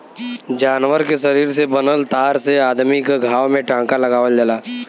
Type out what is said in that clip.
जानवर के शरीर से बनल तार से अदमी क घाव में टांका लगावल जाला